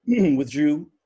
withdrew